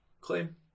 claim